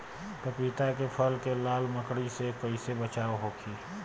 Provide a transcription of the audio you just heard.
पपीता के फल के लाल मकड़ी से कइसे बचाव होखि?